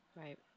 Right